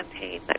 campaign